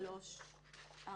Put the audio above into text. שלוש לא